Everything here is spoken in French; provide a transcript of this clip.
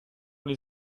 les